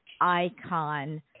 icon